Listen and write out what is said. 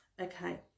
Okay